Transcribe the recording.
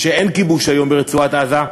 וכשאין כיבוש היום ברצועת-עזה,